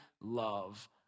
love